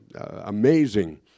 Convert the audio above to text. amazing